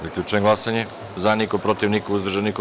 Zaključujem glasanje: za – niko, protiv – niko, uzdržanih – nema.